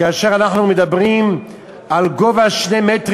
כאשר אנחנו מדברים על גובה של 2 מטרים